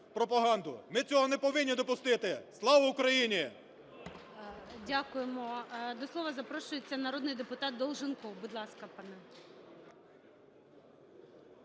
Ми цього не повинні допустити. Слава Україні! ГОЛОВУЮЧИЙ. Дякуємо. До слова запрошується народний депутат Долженков. Будь ласка, пане.